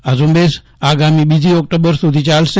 આ ઝુંબેશ આગામી બીજી ઓક્ટોબર સુધી ચાલશે